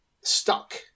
stuck